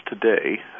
today